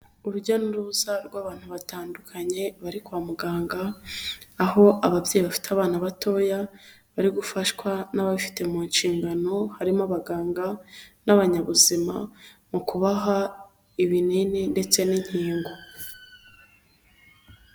Urujya n'uruza rw'abantu batandukanye bari kwa muganga, aho ababyeyi bafite abana batoya, bari gufashwa n'ababifite mu nshingano, harimo abaganga n'abanyabuzima, mu kubaha ibinini ndetse n'inkingo.